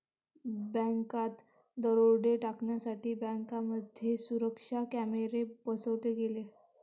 बँकात दरोडे टाळण्यासाठी बँकांमध्ये सुरक्षा कॅमेरे बसवले गेले